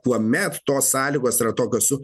tuomet tos sąlygos yra tokios su